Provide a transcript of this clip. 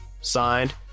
signed